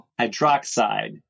hydroxide